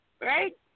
right